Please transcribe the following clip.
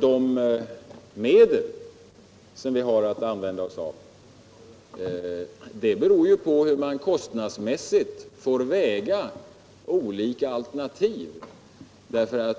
de medel vi har att använda — Nr 49 oss av beror på hur man kostnadsmässigt får väga olika alternativ mot varandra.